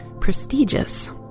prestigious